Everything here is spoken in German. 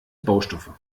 baustoffe